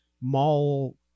mall